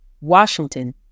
Washington